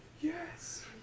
Yes